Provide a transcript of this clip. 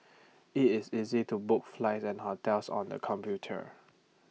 IT is easy to book flight and hotel on the computer